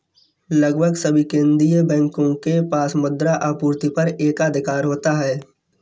लगभग सभी केंदीय बैंकों के पास मुद्रा आपूर्ति पर एकाधिकार होता है